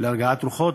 להרגעת הרוחות.